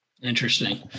Interesting